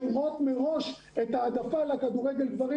שנותנות מראש העדפה לכדורגל גברים.